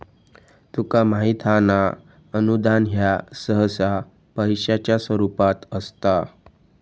तुका माहित हां ना, अनुदान ह्या सहसा पैशाच्या स्वरूपात असता